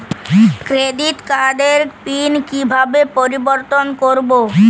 Credit কার্ডের pin কিভাবে পরিবর্তন করবো?